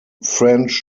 french